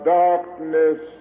darkness